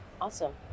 Awesome